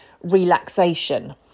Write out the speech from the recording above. Relaxation